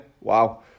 Wow